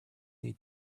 need